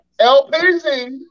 LPZ